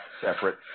separate